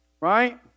right